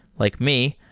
like me,